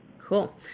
cool